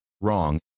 wrong